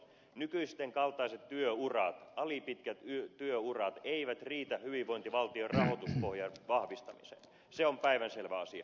nykyisten kaltaiset työurat alipitkät työurat eivät riitä hyvinvointivaltion rahoituspohjan vahvistamiseen se on päivänselvä asia